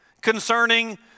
concerning